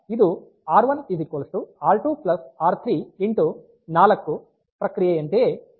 ಆದ್ದರಿಂದ ಇದು R one R two ಆರ್3 4 ಪ್ರಕ್ರಿಯೆಯಂತೆಯೇ ಅದೇ ಸಮಯದಲ್ಲಿ ಕೆಲಸ ಮಾಡುತ್ತದೆ